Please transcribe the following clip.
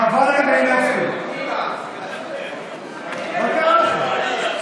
חברת הכנסת מלינובסקי, מה קרה לכם?